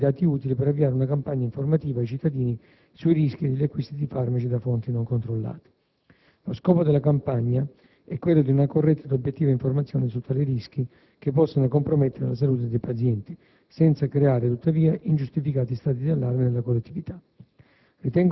che fornirà i dati utili per avviare una campagna informativa ai cittadini sui rischi degli acquisti di farmaci da fonti non controllate. Lo scopo della campagna è quello di una corretta ed obiettiva informazione su tali rischi che possono compromettere la salute dei pazienti, senza creare, tuttavia, ingiustificati stati di allarme nella collettività.